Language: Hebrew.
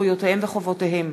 זכויותיהם וחובותיהם